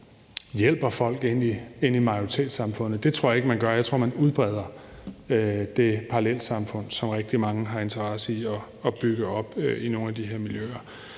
hjælper folk ind i majoritetssamfundet. Det tror jeg ikke man gør; jeg tror, man udbreder det parallelsamfund, som rigtig mange har en interesse i at bygge op i nogle af de her miljøer.